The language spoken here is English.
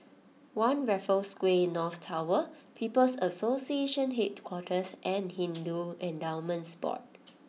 One Raffles Quay North Tower People's Association Headquarters and Hindu Endowments Board